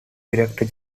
director